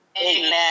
Amen